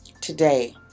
Today